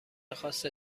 خاص